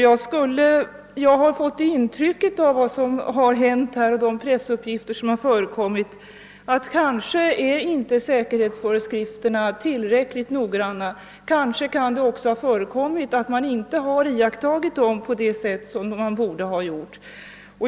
Jag har fått det intrycket av de pressuppgifter som har förekommit i samband med vad som har hänt att säkerhetsföreskrifterna kanske inte är tillräckligt noggranna. Kanske kan det också ha inträffat, att man inte har iakttagit dem på det sätt som man borde ha gjort.